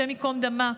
השם ייקום דמה,